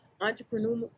Entrepreneur